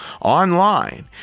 online